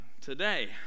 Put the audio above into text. today